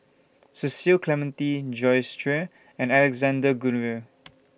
Cecil Clementi Joyce Jue and Alexander Guthrie